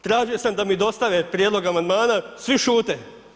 Tražio sam da mi dostave prijedlog amandmana - svi šute.